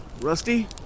Rusty